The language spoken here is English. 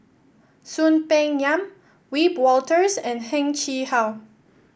Soon Peng Yam Wiebe Wolters and Heng Chee How